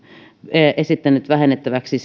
esittänyt vähennettäväksi